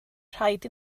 rhaid